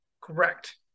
Correct